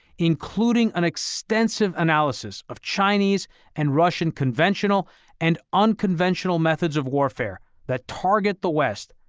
including an extensive analysis of chinese and russian conventional and unconventional methods of warfare that target the west.